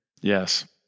Yes